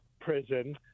prison